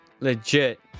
legit